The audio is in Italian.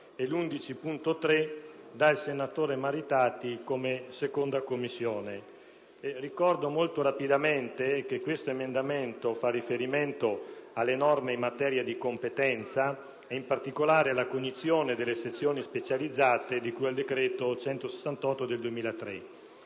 11. 3 del senatore Maritati, membro della 2a Commissione. Ricordo molto rapidamente che questo emendamento fa riferimento alle norme in materia di competenza e, in particolare, alla cognizione delle sezioni specializzate di cui al decreto legislativo